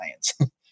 science